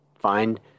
find